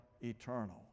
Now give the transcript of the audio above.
eternal